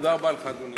תודה רבה לך, אדוני.